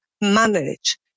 manage